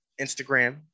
Instagram